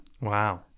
Wow